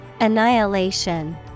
Annihilation